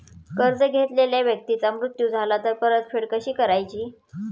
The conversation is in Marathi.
कर्ज घेतलेल्या व्यक्तीचा मृत्यू झाला तर परतफेड कशी करायची?